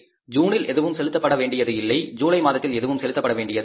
ஜூனில் எதுவும் செலுத்தப்பட வேண்டியது இல்லை ஜூலை மாதத்தில் எதுவும் செலுத்த வேண்டியதில்லை